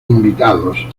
invitados